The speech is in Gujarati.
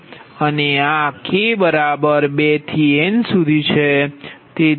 અને આ k 23 n છે